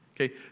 Okay